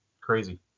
Crazy